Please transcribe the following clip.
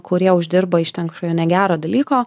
kurie uždirba iš ten kažkokio negero dalyko